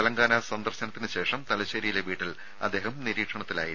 തെലങ്കാന സന്ദർശനത്തിന് ശേഷം തലശേരിയിലെ വീട്ടിൽ അദ്ദേഹം നിരീക്ഷണത്തിലായിരുന്നു